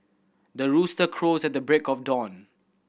the rooster crows at the break of dawn